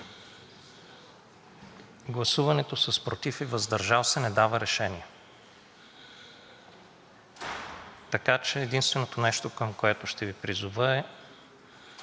Гласуването с „против“ и „въздържал се“ не дава решение. Така че единственото нещо, към което ще Ви призова, е,